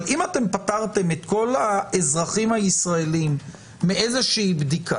אבל אם פטרתם את כל האזרחים הישראלים מאיזושהי בדיקה,